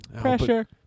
Pressure